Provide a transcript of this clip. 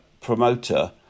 promoter